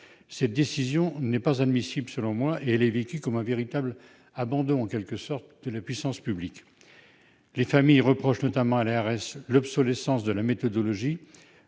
Cette décision est inadmissible. Elle est vécue comme un véritable abandon de la puissance publique. Les familles reprochent notamment à l'ARS l'obsolescence de la méthodologie,